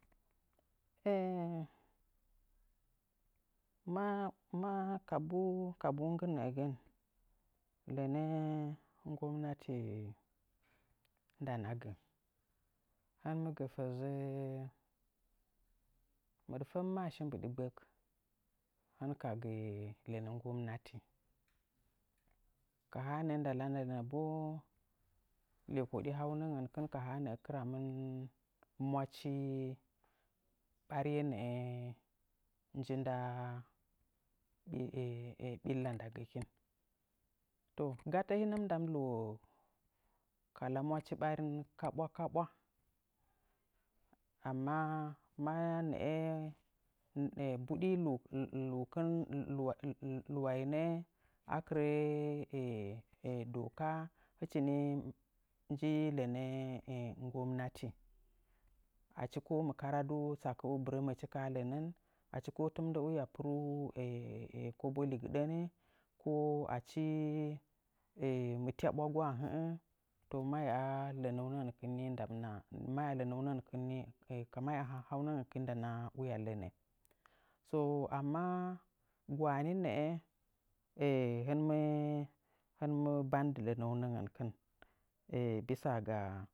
ma-ma kabu kabu nggɨ nə'əgən, lənə nggomnatii ndana gə. Hɨn mɨ gə təzə mɨɗfəngmaashi mbɨɗo gbək hɨn ka gə lənə nggomnati, ka haa nəə ndana lənə boo lekoɗi haunən gən ka haa nə'ə kɨramɨn mwachi bariye nə'ə nji ndaa ɓilla ndagəkin. To, gatə hinə mɨ nda mɨ luwo kala mwachi ɓarin kaɓwa kaɓwa. Amma maa nə'ə buɗi luukɨn-lu luwainə a kɨrə doka hɨchi nii doa nggɨ lənə nggomnati. Achi mɨ karaduu mɨsə'əv bɨrəməchi ka lənən, achi tɨmɨndə waa pɨraduu kobo ligɨɗən, ko achi mɨ ɨya ɓwagu a hə'ə, to mahyaa lənəunəngənkɨn nii ndaamɨna mahyaa lənəunəngənkɨn nii ndana lənə. To, amma gwaani nə'ə, hɨn mɨ bandɨ lənəunəngəkɨn bisa.